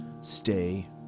Stay